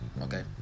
Okay